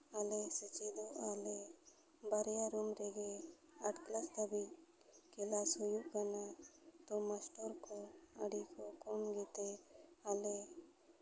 ᱟᱞᱮ ᱥᱮᱪᱮᱫᱚᱜᱼᱟ ᱞᱮ ᱵᱟᱨᱭᱟ ᱨᱩᱢ ᱨᱮᱜᱮ ᱟᱴ ᱠᱞᱟᱥ ᱫᱷᱟᱹᱵᱤᱡ ᱠᱞᱟᱥ ᱦᱩᱭᱩᱜ ᱠᱟᱱᱟ ᱛᱳ ᱢᱟᱥᱴᱚᱨ ᱠᱚ ᱟᱹᱰᱤ ᱠᱚ ᱠᱚᱢ ᱜᱮᱛᱮ ᱟᱞᱮ